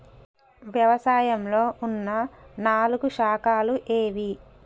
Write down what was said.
వ్యవసాయంలో ఉన్న నాలుగు శాఖలు ఏవి?